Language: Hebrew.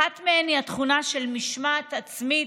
אחת מהן היא התכונה של משמעת עצמית,